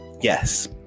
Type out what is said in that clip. yes